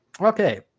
okay